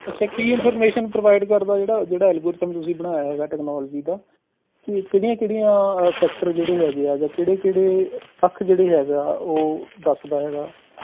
ਅੱਛਾ ਕੀ information provide ਕਰਦਾ ਜਿਹੜਾ ਜਿਹੜਾ ਐੱਲਗੋਰਿਦਮ ਤੁਸੀਂ ਬਣਾਇਆ ਹੈਗਾ ਟੈਕਨੋਲੋਜੀ ਦਾ ਕਿ ਕਿਹੜੀਆ ਕਿਹੜੀਆਂ ਫੈਕਟਰ ਜਿਹੜੇ ਹੈਗੇ ਹੈ ਜਾਂ ਕਿਹੜੇ ਕਿਹੜੇ ਪੱਖ ਜਿਹੜੇ ਹੈਗੇ ਹੈ ਉਹ ਦੱਸਦਾ ਹੈਗਾ